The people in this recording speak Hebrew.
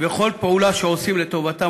וכל פעולה שעושים לטובתה,